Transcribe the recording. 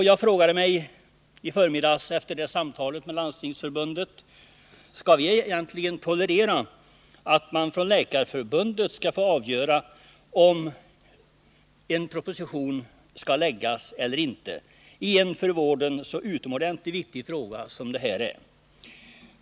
Jag frågade mig efter samtalet med Landstingsförbundet: Skall vi egentligen tolerera att man från Läkarförbundet skall få avgöra om en proposition skall läggas fram eller inte i en för vården så utomordentligt viktig fråga som denna?